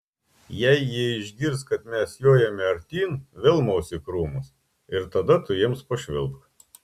jei jie išgirs kad mes jojame artyn vėl maus į krūmus ir tada tu jiems pašvilpk